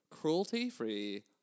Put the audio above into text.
cruelty-free